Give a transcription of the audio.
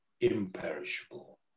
imperishable